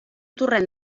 torrent